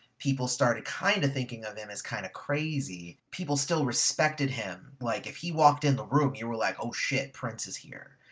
people started kind of thinking of him, as kind of crazy. people still respected him like if he walked in the room, you were like, oh shit, prince's here.